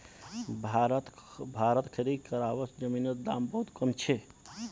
भारतत खेती करवार जमीनेर दाम बहुत कम छे